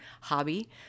hobby